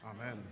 Amen